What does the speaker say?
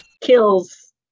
kills